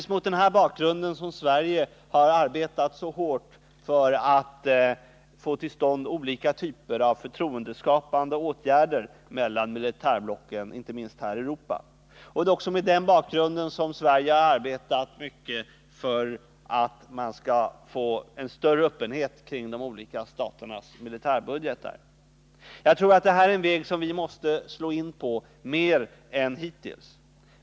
Mot denna bakgrund har Sverige arbetat hårt för att få till stånd olika typer av förtroendeskapande åtgärder mellan militärblocken, inte minst här i Europa. Det är också mot denna bakgrund som Sverige har arbetat mycket för att få en större öppenhet kring de olika staternas militärbudgeter. Detta är en väg som vi måste slå in på oftare än hittills.